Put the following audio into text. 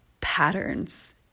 patterns